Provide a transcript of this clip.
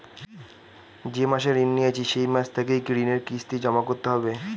যে মাসে ঋণ নিয়েছি সেই মাস থেকেই কি ঋণের কিস্তি জমা করতে হবে?